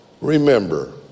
remember